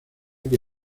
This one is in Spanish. que